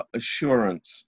assurance